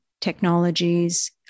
technologies